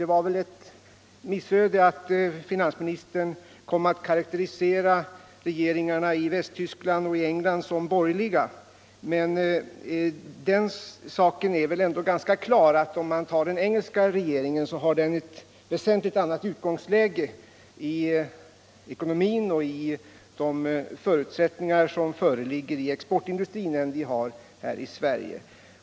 Det var väl ett missöde att finansministern då kom att karakterisera regeringarna i Västtyskland och England som borgerliga, men om man ser på den engelska regeringen framstår det väl ganska klart att den har ett väsentligt annat utgångsläge i ekonomin och när det gäller exportindustrins förutsättningar än vi har här i Sverige.